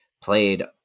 played